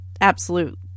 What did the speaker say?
absolute